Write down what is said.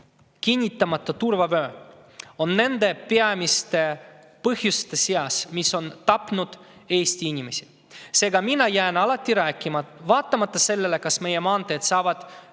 kinnitamata turvavöö on peamiste põhjuste seas, mis on tapnud Eesti inimesi. Seega, mina jään alati rääkima – vaatamata sellele, kas meie maanteed saavad